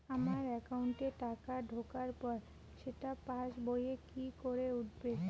আমার একাউন্টে টাকা ঢোকার পর সেটা পাসবইয়ে কি করে উঠবে?